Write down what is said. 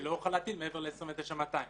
אני לא אוכל להטיל מעבר ל-29,200 שקלים.